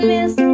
Miss